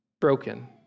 broken